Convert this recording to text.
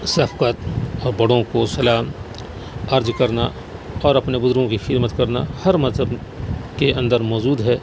شفقت اور بڑوں کو سلام عرض کرنا اور اپنے بزرگوں کی خدمت کرنا ہر مذہب کے اندر موجود ہے